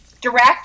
direct